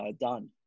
done